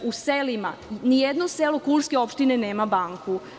U selima, ni jedno selo Kulske opštine nema banku.